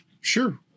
Sure